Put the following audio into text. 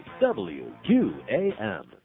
WQAM